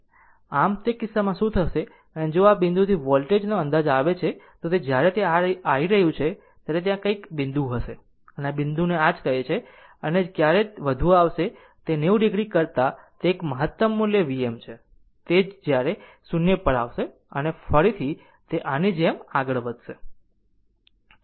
આમ તે કિસ્સામાં શું થશે અને જો આ બિંદુથી વોલ્ટેજ નો અંદાજ આવે છે તો તે જ્યારે તે આવી રહ્યું છે ત્યારે ત્યાં કંઈક બિંદુ હશે આ બિંદુને આ જ કહે છે અને ક્યારે વધુ આવશે 90 o કરતાં તે એક મહત્તમ મૂલ્ય Vm છે તે જશે અને 0 પર આવશે અને ફરીથી તે આની જેમ આગળ વધશે